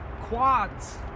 quads